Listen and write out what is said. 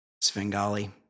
Svengali